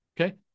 okay